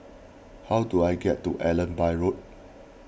how do I get to Allenby Road